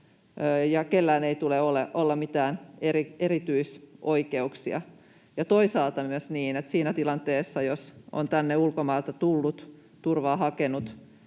ja kellään ei tule olla mitään erityisoikeuksia. Toisaalta on myös niin, että siinä tilanteessa, jos on tänne ulkomailta tullut, turvaa hakenut,